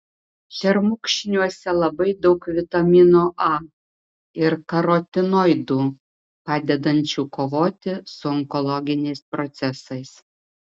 šermukšniuose labai daug vitamino a ir karotinoidų padedančių kovoti su onkologiniais procesais